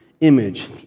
image